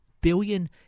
billion